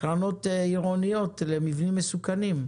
עירוניות למבנים מסוכנים.